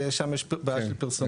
ששם יש בעיה של פרסומות.